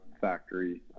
factory